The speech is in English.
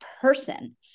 person